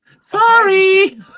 Sorry